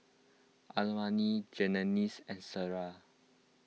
Almina Genesis and Clyda